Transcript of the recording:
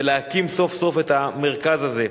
ולהקים סוף-סוף את המרכז הזה.